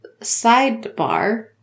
Sidebar